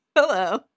Hello